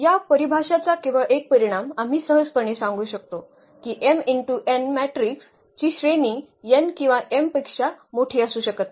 या परिभाषाचा केवळ एक परिणाम आम्ही सहजपणे सांगू शकतो की मॅट्रिक्स ची श्रेणी n किंवा m पेक्षा मोठी असू शकत नाही